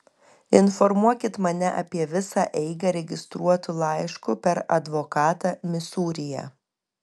informuokit mane apie visą eigą registruotu laišku per advokatą misūryje